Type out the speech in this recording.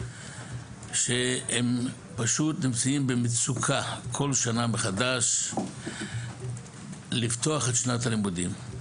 שהם פשוט נמצאים במצוקה כל שנה מחדש לפתוח את שנת הלימודים.